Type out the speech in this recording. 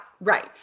Right